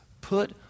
put